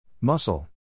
Muscle